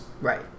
Right